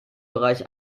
bereich